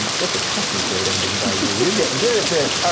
that's a second great ending by you. you're getting good at this. ah